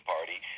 Party